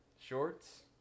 shorts